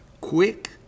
quick